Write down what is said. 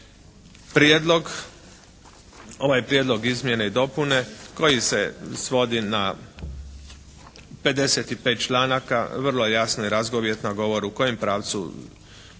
Prijedlog, ovaj prijedlog izmjene i dopune koji se svodi na 55. članaka vrlo je jasno i razgovjetno govore u kojem pravcu